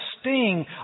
sting